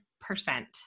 percent